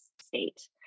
state